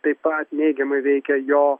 taip pat neigiamai veikia jo